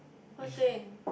what thing